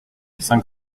cinq